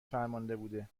فرمانده